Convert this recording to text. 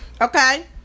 okay